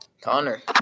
Connor